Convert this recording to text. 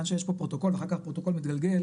שיש פה פרוטוקול ואחר כך הפרוטוקול מתגלגל,